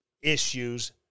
issues